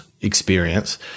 experience